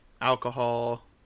alcohol